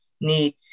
need